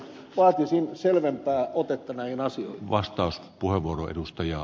vaatisin selvempää otetta näihin asioihin